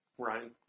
Ryan